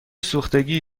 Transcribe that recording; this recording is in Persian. سوختگی